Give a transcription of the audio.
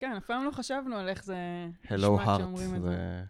כן, לפעמים לא חשבנו על איך זה שם שאומרים את זה.